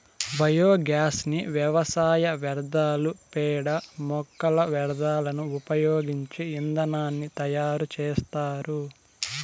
biogas ని వ్యవసాయ వ్యర్థాలు, పేడ, మొక్కల వ్యర్థాలను ఉపయోగించి ఇంధనాన్ని తయారు చేత్తారు